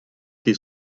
thé